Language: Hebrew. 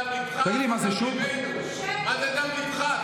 דם ליבך או דם ליבנו?